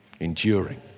enduring